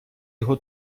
його